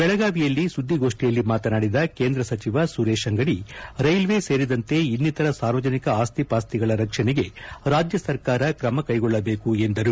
ಬೆಳಗಾವಿಯಲ್ಲಿ ಸುದ್ದಿಗೋಷ್ಠಿಯಲ್ಲಿ ಮಾತನಾಡಿದ ಕೇಂದ್ರ ಸಚಿವ ಸುರೇಶ್ ಅಂಗಡಿ ರೈಲ್ವೆ ಸೇರಿದಂತೆ ಅನ್ನಿತರ ಸಾರ್ವಜನಿಕ ಅಸ್ತಿಪಾಸ್ತಿಗಳ ರಕ್ಷಣೆಗೆ ರಾಜ್ಯ ಸರ್ಕಾರ ಕ್ರಮ ಕೈಗೊಳ್ಳಬೇಕು ಎಂದರು